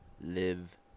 live